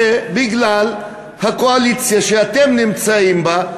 שבגלל הקואליציה שאתם נמצאים בה,